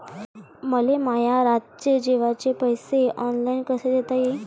मले माया रातचे जेवाचे पैसे ऑनलाईन कसे देता येईन?